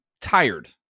tired